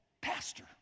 pastor